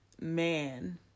man